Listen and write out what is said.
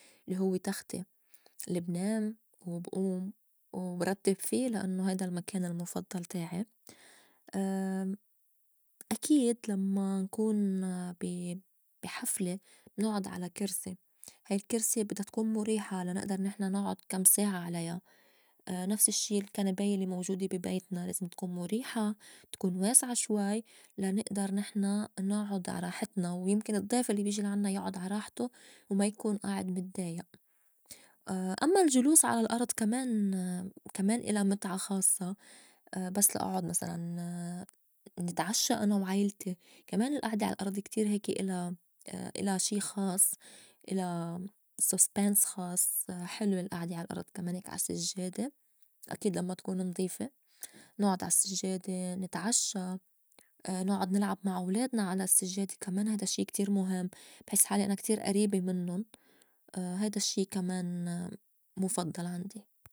الّي هوّ تختي لي بنام وبئوم وبرتّب في لأنّو هيدا المكان المُفضّل تاعي أكيد لمّا نكون بي- بي حفلة ناعُد على كرسي هاي الكرسي بدّا تكون مُريحة لا نأدر نحن ناعُد كم ساعة عليا، نفس الشّي الكنباية الّي موجودة بي بيتنا لازم تكون مُريحة تكون واسعة شوي لا نئدر نحن نعُّد عا راحتنا ويمكن الضّيف الّي بيجي لعنّا يعُّد على راحتو وما يكون آعد مدّايئ، أمّا الجلوس على الأرض كمان- كمان إلا مِتعة خاصّة بس لأعُّد مسلاً نتعشّى أنا وعيلتي كمان الئعدة عالأرض كتير هيك إلا- إلا شي خاص إلا سوسبنس خاص حلوة الأعدة عالأرض كماني هيك عالسجّادة أكيد لمّا تكون نضيفة ناعُّد عالسجّادة نتعشّى ناعُّد نلعب مع ولادنا على السجّادة كمان هيدا شي كتير مُهم بحس حالي أنا كتير أريبة منُّن هيدا الشّي كمان مُفضّل عندي.